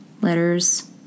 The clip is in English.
Letters